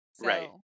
Right